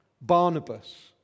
Barnabas